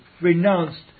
renounced